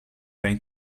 going